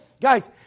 Guys